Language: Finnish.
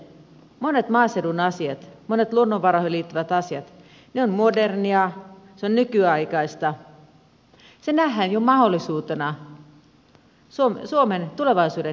nytten monet maaseudun asiat monet luonnonvaroihin liittyvät asiat ovat moderneja nykyaikaisia ne nähdään jo mahdollisuutena suomen tulevaisuuden tekijänä